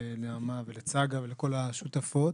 לנעמה ולצגה ולכל השותפות.